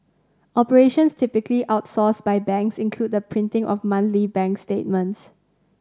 operations typically outsourced by banks include the printing of monthly bank statements